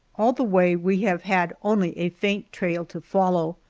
all the way we have had only a faint trail to follow,